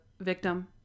victim